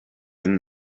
been